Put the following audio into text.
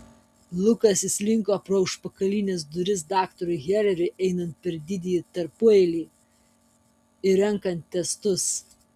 lukas įslinko pro užpakalines duris daktarui heleriui einant per didįjį tarpueilį ir renkant testus